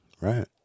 right